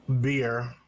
beer